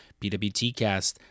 PWTCast